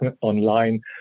online